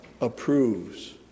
approves